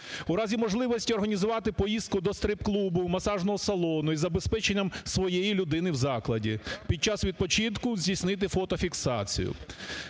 у разі можливості організувати поїздку до стрип-клубу, масажного салону із забезпеченням своєї людини в закладі; під час відпочинку здійснити фотофіксацію;